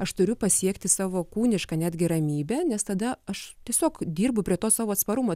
aš turiu pasiekti savo kūnišką netgi ramybę nes tada aš tiesiog dirbu prie to savo atsparumo